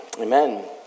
Amen